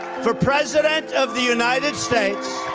for president of the united states.